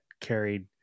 carried